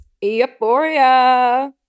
euphoria